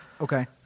Okay